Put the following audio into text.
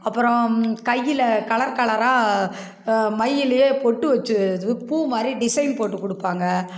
அப்பறம் கையில் கலர் கலராக மையிலயே பொட்டு வச்சி இது பூ மாதிரி டிசைன் போட்டு கொடுப்பாங்க